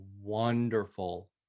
wonderful